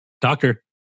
doctor